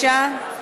49,